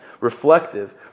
reflective